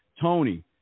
Tony